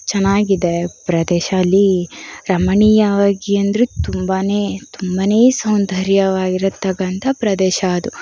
ಚೆನ್ನಾಗಿದೆ ಪ್ರದೇಶ ಅಲ್ಲಿ ರಮಣೀಯವಾಗಿ ಅಂದರೆ ತುಂಬಾನೇ ತುಂಬಾನೇ ಸೌಂದರ್ಯವಾಗಿರತಕ್ಕಂಥ ಪ್ರದೇಶ ಅದು